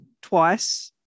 twice